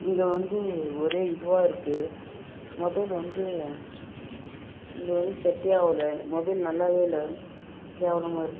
இங்கே வந்து ஒரே இதுவாக இருக்குது மொபைல் வந்து இங்கே வந்து செட்டே ஆகல மொபைல் நல்லாவே இல்லை கேவலமாக இருக்குது